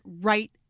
right